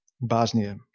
Bosnia